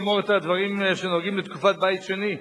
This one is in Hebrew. אני רק רוצה לגמור את הדברים שנוגעים בתקופת בית שני,